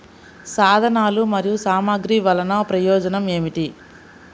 సాధనాలు మరియు సామగ్రి వల్లన ప్రయోజనం ఏమిటీ?